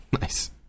Nice